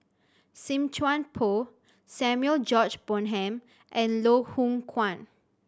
Chuan Poh Samuel George Bonham and Loh Hoong Kwan